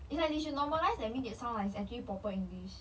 it's like they should normalise and make it sound like it's actually proper english